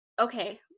okay